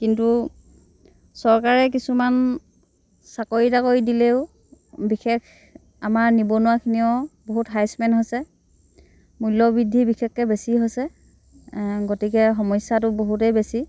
কিন্তু চৰকাৰে কিছুমান চাকৰি তাকৰি দিলেও বিশেষ আমাৰ নিবনুৱাখিনিয়েও বহুত হাৰাচমেণ্ট হৈছে মূল্যবৃদ্ধি বিশেষকৈ বেছি হৈছে গতিকে সমস্যাটো বহুতে বেছি